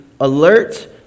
alert